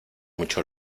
mucho